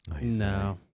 No